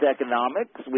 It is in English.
Economics